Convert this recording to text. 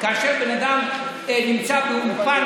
תתבייש לך.